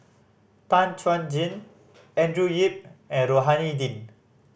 Tan Chuan Jin Andrew Yip and Rohani Din